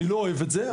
אני לא אוהב את זה.